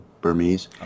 Burmese